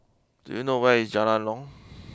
do you know where is Jalan long